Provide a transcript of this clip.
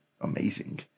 amazing